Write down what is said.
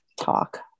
talk